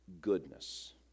goodness